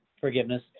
forgiveness